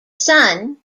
son